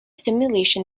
simulation